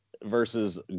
versus